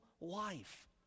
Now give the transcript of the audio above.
life